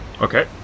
Okay